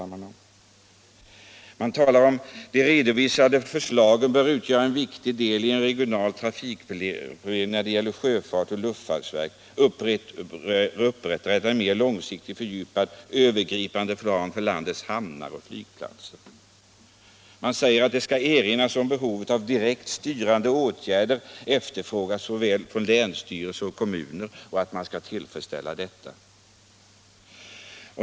Vidare säger man: ”De redovisade förslagen bör utgöra en viktig del i en regional trafikplanering” och förklarar att sjöfartsverket och luftfartsverket ”bör upprätta en mer långsiktig, fördjupad och övergripande plan för landets hamnar och flygplatser”. Man säger att det ”skall också erinras om att behovet av direkt styrande åtgärder efterfrågas från såväl länsstyrelser som kommuner” och att man skall tillfredsställa detta.